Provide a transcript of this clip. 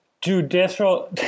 judicial